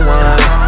one